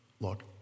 look